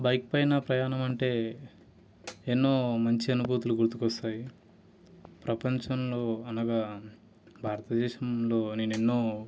bike పైన ప్రయాణం అంటే ఎన్నో మంచి అనుభూతులు గుర్తుకు వస్తాయి ప్రపంచంలో అనగా భారత దేశంలో నేను ఎన్నో